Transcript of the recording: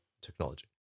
technology